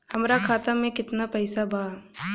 हमरा खाता में केतना पइसा बा?